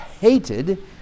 hated